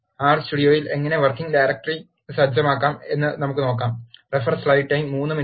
R സ്റ്റുഡിയോയിൽ എങ്ങനെ working directory സജ്ജമാക്കാം എന്ന് നമുക്ക് നോക്കാം